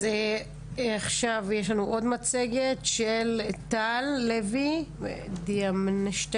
אז עכשיו יש לנו עוד מצגת של טל לוי דיאמנט,